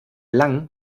lang